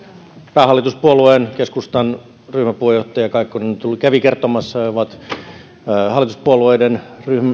päähallituspuolue keskustan ryhmäpuheenjohtaja kaikkonen kävi kertomassa että he ovat hallituspuolueiden